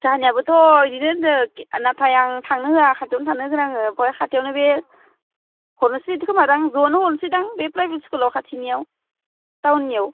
जोंहानियाबोथ' बिदिनो होनदों नाथाय आं थांनो होआ खाथियावनो थानो होगोन आं खाथियावनो बे हरनोसै खोमा दां ज'नो हरनोसै दां बे प्राइभेट स्कुलाव खाथिनियाव टाउननियाव